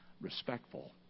respectful